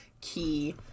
key